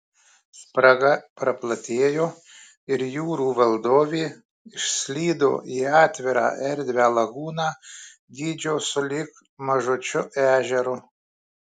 spraga praplatėjo ir jūrų valdovė išslydo į atvirą erdvią lagūną dydžio sulig mažučiu ežeru